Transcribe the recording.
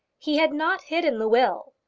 he had not hidden the will.